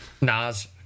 Nas